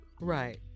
Right